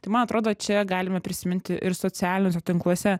tai man atrodo čia galime prisiminti ir socialiniuose tinkluose